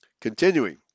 Continuing